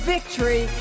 Victory